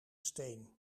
steen